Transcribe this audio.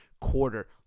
quarter